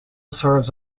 serves